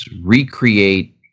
recreate